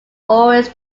always